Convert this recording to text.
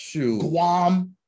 Guam